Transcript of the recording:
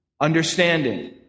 understanding